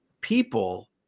people